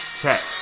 tech